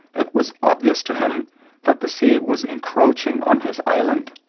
it was obvious to him that the sea was encroaching on his island.